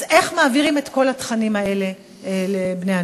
אז איך מעבירים את כל התכנים האלה לבני-הנוער?